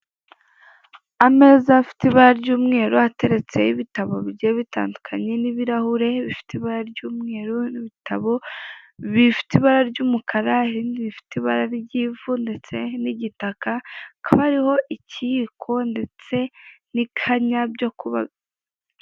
Ameza fite ibara ry'umweru ateretseho ibitabo bigiye bitandukanye, n'ibarahure bifite ibara ry'umweru n'ibitabo bifite ibara ry'umukara ibindi bifite ibara ry'ivu, ndetse n'igitaka, kakaba hariho ikiyiko ndetse n'ikanya byo kuba.